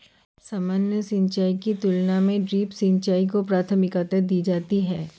सामान्य सिंचाई की तुलना में ड्रिप सिंचाई को प्राथमिकता दी जाती है